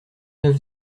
neuf